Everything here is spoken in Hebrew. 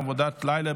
הוראת שעה,